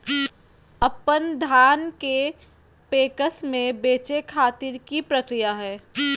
अपन धान के पैक्स मैं बेचे खातिर की प्रक्रिया हय?